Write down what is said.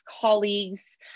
colleagues